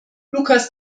lucas